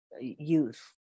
youth